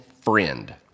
friend